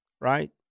right